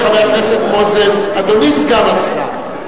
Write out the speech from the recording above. ובכן, חבר הכנסת מוזס, אדוני סגן השר,